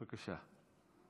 בבקשה.